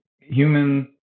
human